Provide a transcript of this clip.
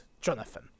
jonathan